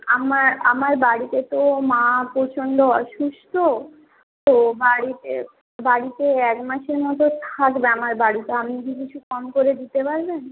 আমার আমার বাড়িতে তো মা প্রচন্ড অসুস্থ তো বাড়িতে বাড়িতে এক মাসের মতো থাকবে আমার বাড়িতে আপনি কি কিছু কম করে দিতে পারবেন